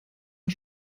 vor